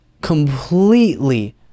completely